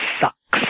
sucks